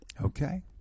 Okay